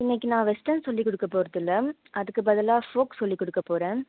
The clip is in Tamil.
இன்னக்கு நான் வெஸ்டர்ன் சொல்லி கொடுக்க போகறது இல்லை அதுக்கு பதிலாக ஃபோக் சொல்லி கொடுக்க போகறேன்